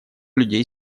людей